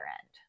end